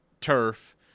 turf